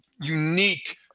unique